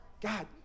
God